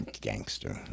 gangster